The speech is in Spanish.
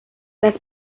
las